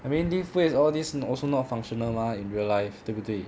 I mean lift weight all these also not functional mah in real life 对不对